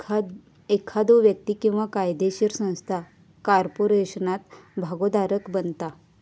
एखादो व्यक्ती किंवा कायदोशीर संस्था कॉर्पोरेशनात भागोधारक बनता